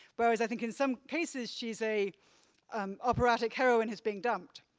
whereas i think in some cases, she's a um operatic heroine who's being dumped.